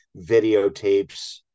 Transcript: videotapes